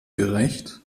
gerecht